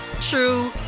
true